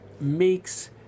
makes